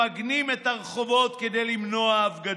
ממגנים את הרחובות כדי למנוע הפגנות.